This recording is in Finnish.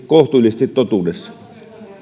kohtuullisesti kuitenkin totuudessa